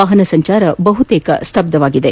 ವಾಹನ ಸಂಚಾರ ಬಹುತೇಕ ಸ್ತಬ್ದವಾಗಿದೆ